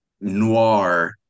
noir